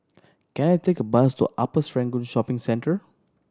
can I take a bus to Upper Serangoon Shopping Centre